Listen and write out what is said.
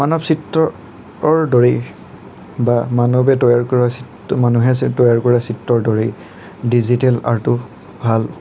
মানৱ চিত্ৰৰ দৰেই বা মানৱে তৈয়াৰ কৰা চিত্ৰৰ মানুহে তৈয়াৰ কৰা চিত্ৰৰ দৰেই ডিজিটেল আৰ্টো ভাল